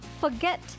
forget